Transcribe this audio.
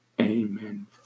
Amen